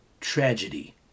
tragedy